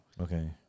Okay